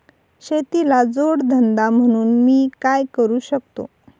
शेतीला जोड धंदा म्हणून मी काय करु शकतो?